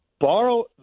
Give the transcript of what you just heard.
borrow